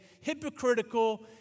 hypocritical